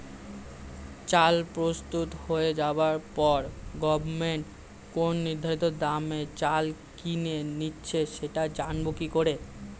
চাল প্রস্তুত হয়ে যাবার পরে গভমেন্ট কোন নির্ধারিত দামে চাল কিনে নিচ্ছে সেটা জানবো কি করে?